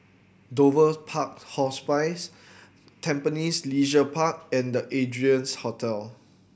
Dover's Park Hospice Tampines Leisure Park and The Ardennes Hotel